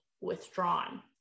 withdrawn